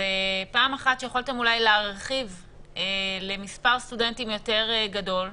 שיכולתם אולי להרחיב למספר סטודנטים גדול יותר,